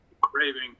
craving